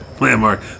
Landmark